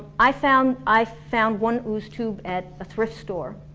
i found i found one ooze-tube at a thrift store